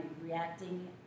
reacting